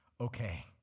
okay